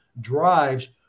drives